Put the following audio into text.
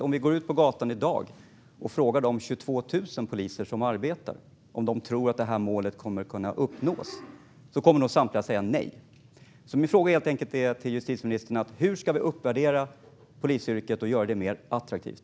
Om vi går ut på gatan i dag och frågar de 22 000 poliser som arbetar om de tror att detta mål kommer att kunna uppnås kommer nog samtliga att säga nej. Min fråga till justitieministern är: Hur ska vi uppvärdera polisyrket och göra det mer attraktivt?